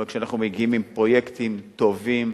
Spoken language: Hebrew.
אבל כשאנחנו מגיעים עם פרויקטים טובים,